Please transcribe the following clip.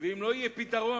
ואם לא יהיה פתרון